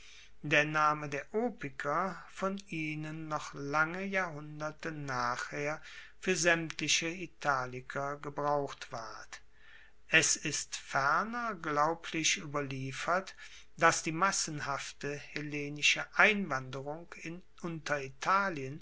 der name der opiker von ihnen noch lange jahrhunderte nachher fuer saemtliche italiker gebraucht ward es ist ferner glaublich ueberliefert dass die massenhafte hellenische einwanderung in